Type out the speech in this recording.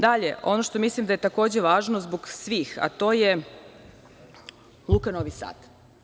Dalje, ono što mislim da je takođe važno zbog svih, a to je Luka Novi Sad.